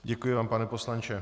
Děkuji vám, pane poslanče.